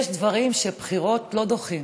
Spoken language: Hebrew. יש דברים שבחירות לא דוחות,